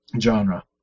genre